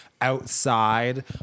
outside